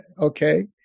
okay